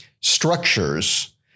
structures